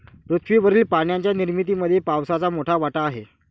पृथ्वीवरील पाण्याच्या निर्मितीमध्ये पावसाचा मोठा वाटा आहे